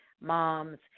moms